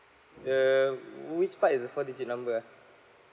the which part is the four digit number ah